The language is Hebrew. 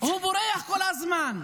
הוא בורח כל הזמן.